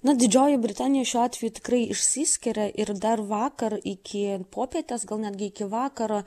na didžioji britanija šiuo atveju tikrai išsiskiria ir dar vakar iki popietės gal iki vakaro